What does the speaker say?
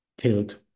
killed